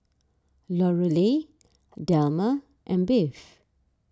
Lorelei Delmer and Bev